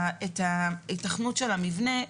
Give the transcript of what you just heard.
את ההיתכנות של המבנה,